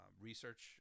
research